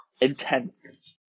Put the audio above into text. Intense